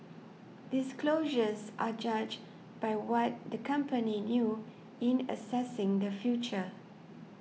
disclosures are judged by what the company knew in assessing the future